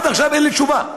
עד עכשיו אין לי תשובה.